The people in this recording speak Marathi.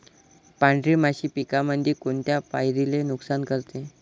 पांढरी माशी पिकामंदी कोनत्या पायरीले नुकसान करते?